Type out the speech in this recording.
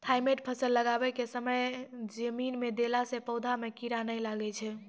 Thimet फ़सल लगाबै के समय जमीन मे देला से पौधा मे कीड़ा नैय लागै छै?